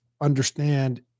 understand